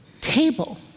table